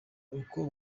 uko